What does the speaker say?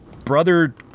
brother